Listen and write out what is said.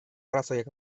arrazoiak